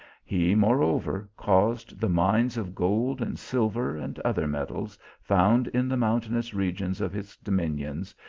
he, moreover, caused the mines of gold and silver, and other metals found in the mountainous regions of his dominions,